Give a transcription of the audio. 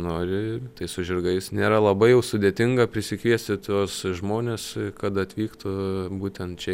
nori tai su žirgais nėra labai jau sudėtinga prisikviesti tuos žmones kad atvyktų būtent čia